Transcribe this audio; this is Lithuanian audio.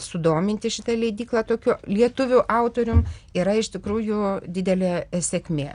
sudominti šitą leidyklą tokiu lietuvių autorium yra iš tikrųjų didelė sėkmė